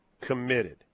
committed